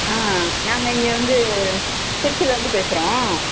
ஆ நாங்கள் இங்கே வந்து திருச்சிலேருந்து பேசுகிறோம்